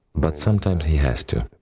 but sometimes he has to.